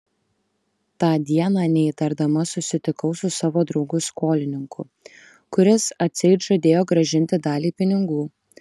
tą dieną neįtardama susitikau su savo draugu skolininku kuris atseit žadėjo grąžinti dalį pinigų